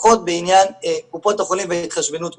לפחות בעניין קופות החולים וההתחשבנות מולם.